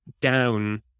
down